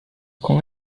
com